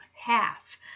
half